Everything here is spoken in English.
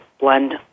blend